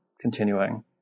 continuing